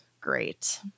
great